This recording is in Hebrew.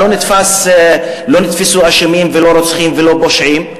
בחקירה, לא נתפסו אשמים ולא רוצחים ולא פושעים.